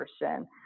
person